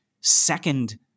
second